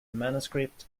manuscript